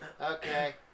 Okay